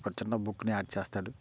ఒక చిన్న బుక్ని యాడ్ చేస్తాడు